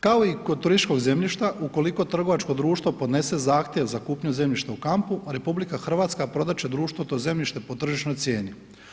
Kao i kod turističkog zemljišta ukoliko trgovačko društvo podnese zahtjev za kupnju zemljišta u kampu, a RH prodat će društvu to zemljište po tržišnoj cijeni.